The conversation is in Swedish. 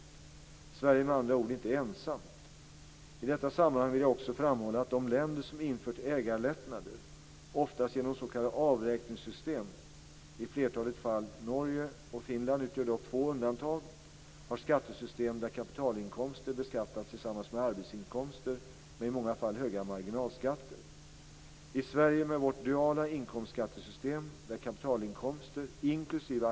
Sverige är med andra ord inte ensamt. I detta sammanhang vill jag också framhålla att de länder som infört ägarlättnader, oftast genom s.k. avräkningssystem, i flertalet fall - Norge och Finland utgör dock två undantag - har skattesystem där kapitalinkomster beskattas tillsammans med arbetsinkomster med i många fall höga marginalskatter. I Sverige med vårt "duala" inkomstskattesystem, där kapitalinkomster, inkl.